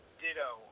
ditto